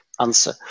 answer